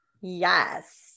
Yes